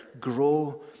grow